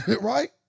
Right